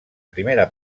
primera